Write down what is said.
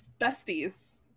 besties